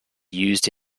used